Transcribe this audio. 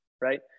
Right